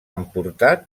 emportar